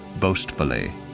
boastfully